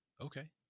Okay